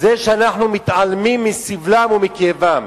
זה שאנחנו מתעלמים מסבלם ומכאבם,